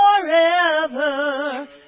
forever